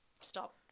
Stop